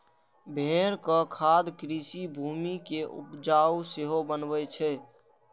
भेड़क खाद कृषि भूमि कें उपजाउ सेहो बनबै छै